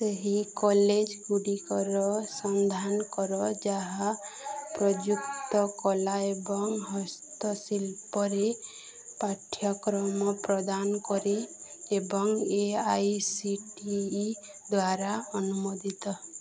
ସେହି କଲେଜଗୁଡ଼ିକର ସନ୍ଧାନ କର ଯାହା ପ୍ରଯୁକ୍ତି କଳା ଏବଂ ହସ୍ତଶିଳ୍ପରେ ପାଠ୍ୟକ୍ରମ ପ୍ରଦାନ କରେ ଏବଂ A I C T E ଦ୍ଵାରା ଅନୁମୋଦିତ